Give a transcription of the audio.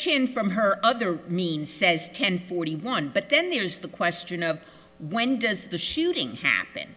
chin from her other means says ten forty one but then there's the question of when does the shooting happen